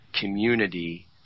community